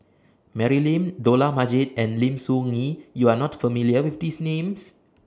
Mary Lim Dollah Majid and Lim Soo Ngee YOU Are not familiar with These Names